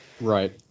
Right